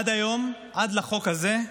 עד היום, עד לחוק הזה,